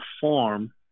form